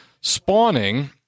spawning